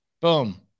Boom